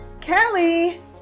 kelly